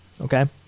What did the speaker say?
Okay